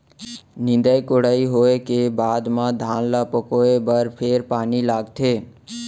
निंदई कोड़ई होवे के बाद म धान ल पकोए बर फेर पानी लगथे